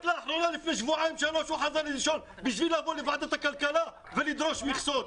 רק לפני שבועיים הוא חזר לדישון בשביל לבוא לוועדת הכלכלה ולדרוש מכסות.